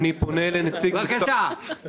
ואני רוצה להגיד את העניין הזה,